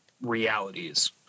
realities